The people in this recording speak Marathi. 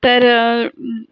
तर